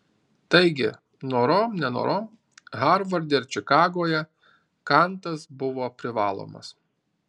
taigi norom nenorom harvarde ir čikagoje kantas buvo privalomas